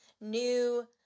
new